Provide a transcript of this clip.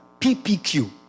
PPQ